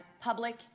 public